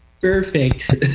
Perfect